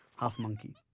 half monkey.